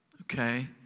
Okay